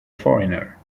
foreigner